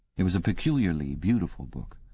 it was a peculiarly beautiful book.